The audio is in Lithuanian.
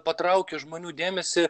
patraukia žmonių dėmesį